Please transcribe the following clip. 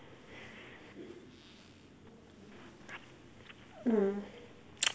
mm